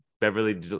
Beverly